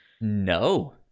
No